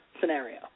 scenario